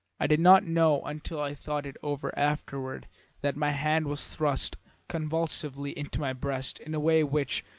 i did not know until i thought it over afterward that my hand was thrust convulsively into my breast in a way which,